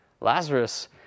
Lazarus